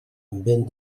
vent